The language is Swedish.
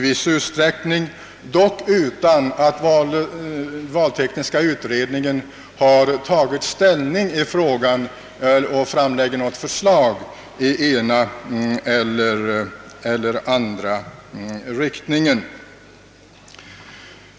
Vi har dock inte i utredningen tagit ställning och framlagt något förslag i den ena eller den andra riktningen.